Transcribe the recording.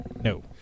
No